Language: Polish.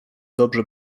dobrze